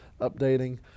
updating